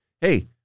Hey